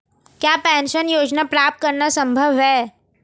क्या पेंशन योजना प्राप्त करना संभव है?